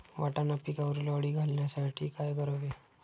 वाटाणा पिकावरील अळी घालवण्यासाठी काय करावे?